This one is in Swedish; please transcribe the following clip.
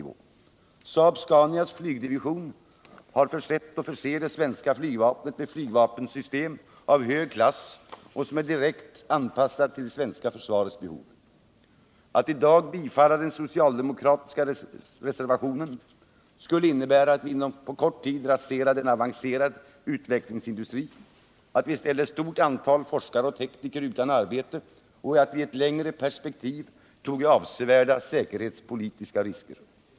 Saab-Scanias flygdivision har försett och förser det svenska flygvapnet med flygvapensystem av hög klass, direkt anpassade till det svenska försvarets behov. Att i dag bifalla den socialdemokratiska reservationen skulle innebära att vi på kort tid raserade en avancerad utvecklingsindustri, att vi ställde ett stort antal forskare och tekniker utan arbete och att vi i ett längre perspektiv tog avsevärda säkerhetspolitiska risker.